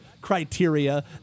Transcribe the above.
criteria